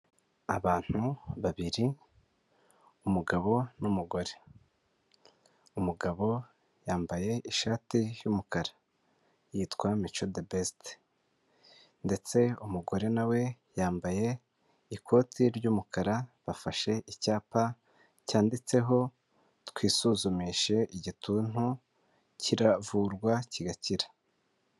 Abantu babiri umugabo n'umugore, umugabo yambaye ishati y'umukara yitwa Mico Debeste ndetse umugore nawe yambaye ikoti ry'umukara bafashe icyapa cyanditseho twisuzumishe igituntu kiravurwa kigakira.